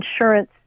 insurance